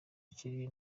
kiri